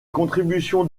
contributions